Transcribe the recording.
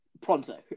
pronto